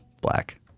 black